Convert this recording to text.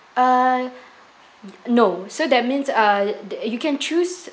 uh no so that means uh you can choose